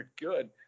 good